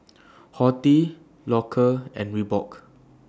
Horti Loacker and Reebok